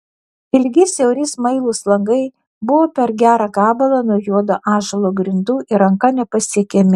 ilgi siauri smailūs langai buvo per gerą gabalą nuo juodo ąžuolo grindų ir ranka nepasiekiami